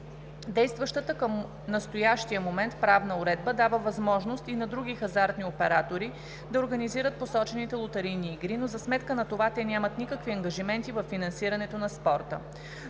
Действащата към настоящия момент правна уредба дава възможност и на други хазартни оператори да организират посочените лотарийни игри, но за сметка на това те нямат никакви ангажименти във финансирането на спорта.